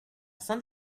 saint